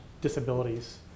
disabilities